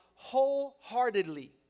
Wholeheartedly